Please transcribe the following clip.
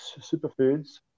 superfoods